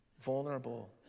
vulnerable